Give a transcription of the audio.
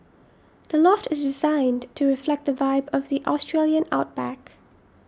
the loft is designed to reflect the vibe of the Australian outback